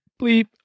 bleep